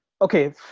Okay